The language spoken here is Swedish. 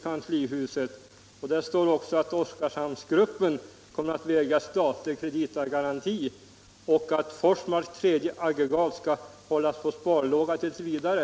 Det står vidare att Oskarshamnsgruppen kommer att vägras statlig kreditgaranti och att Forsmarks tredje aggregat skall hållas på sparlåga tills vidare.